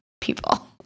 people